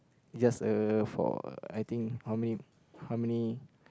just uh for I think how many how many